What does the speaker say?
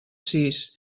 sis